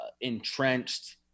entrenched